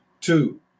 Two